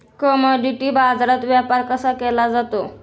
Commodity बाजारात व्यापार कसा केला जातो?